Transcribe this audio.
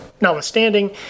notwithstanding